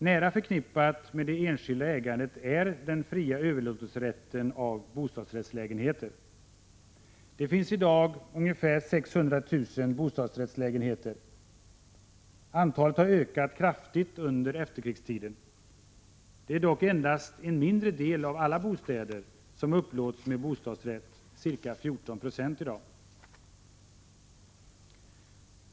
Nära förknippat med det enskilda ägandet är den fria överlåtelserätten av bostadsrättslägenheter. Det finns i dag ungefär 600 000 bostadsrättslägenheter. Antalet har ökat kraftigt under efterkrigstiden. Det är dock enbart en mindre del av alla bostadslägenheter som upplåts med bostadsrätt, ca 14 oi dag.